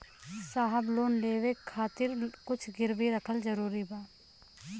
साहब लोन लेवे खातिर कुछ गिरवी रखल जरूरी बा?